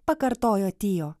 pakartojo tio